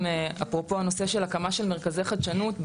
אפרופו הנושא של הקמה של מרכזי חדשנות,